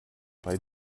bei